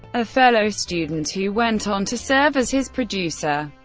a fellow student who went on to serve as his producer.